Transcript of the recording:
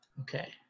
okay